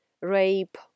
rape